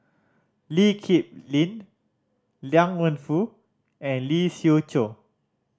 Lee Kip Lin Liang Wenfu and Lee Siew Choh